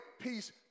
peace